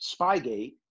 Spygate